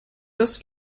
das